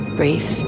brief